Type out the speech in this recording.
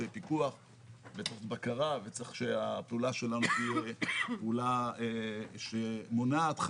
פיקוח ובקרה וצריך שהפעולה שלנו תהיה פעולה שמונעת,